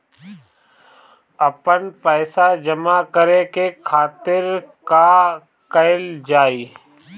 आपन पइसा जमा करे के खातिर का कइल जाइ?